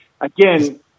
Again